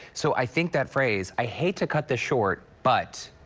so i think that phrase, i hate to cut this short but.